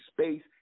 space